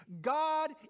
God